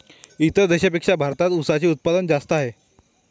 इतर देशांपेक्षा भारतात उसाचे उत्पादन जास्त आहे